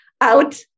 Out